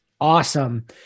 awesome